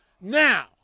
Now